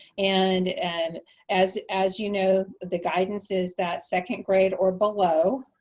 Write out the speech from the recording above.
and and as as you know the guidance is that second grade or below,